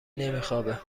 نمیخوابه